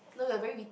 no they are very wit